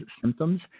symptoms